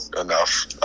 enough